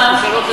לך.